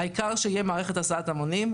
העיקר שתהיה מערכת הסעת המונים.